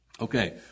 Okay